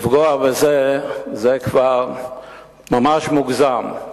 לפגוע בזה זה כבר ממש מוגזם.